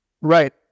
right